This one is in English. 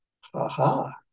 Ha-ha